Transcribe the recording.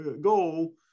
goal